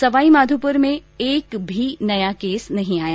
सवाई माधोपुर में एक एक भी नया केस नहीं आया